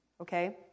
Okay